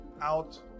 out